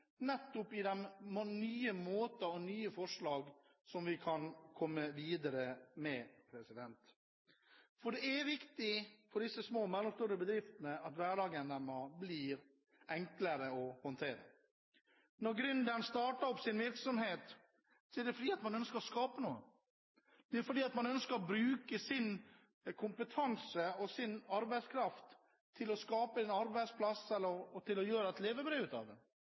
nettopp til nye måter og nye forslag som vi kan komme videre med. For det er viktig for de små og mellomstore bedriftene at hverdagen deres blir enklere å håndtere. Når gründeren starter opp sin virksomhet, er det fordi man ønsker å skape noe. Det er fordi man ønsker å bruke sin kompetanse og sin arbeidskraft til å skape en arbeidsplass og gjøre et levebrød ut av den.